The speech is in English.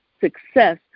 success